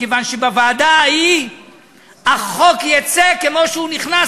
מכיוון שבוועדה ההיא החוק יצא כמו שהוא נכנס,